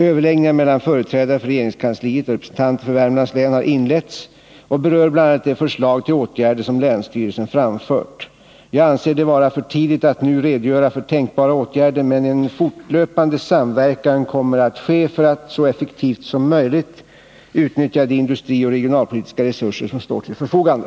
Överläggningar mellan företrädare för regeringskansliet och representanter för Värmlands län har inletts och berör bl.a. de förslag till åtgärder som länsstyrelsen framfört. Jag anser det vara för tidigt att nu redogöra för tänkbara åtgärder, men en fortlöpande samverkan kommer att ske för att man så effektivt som möjligt skall kunna utnyttja de industrioch regionalpolitiska resurser som står till förfogande.